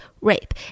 rape